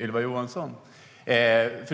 Ylva Johansson.